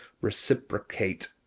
reciprocate